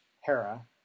Hera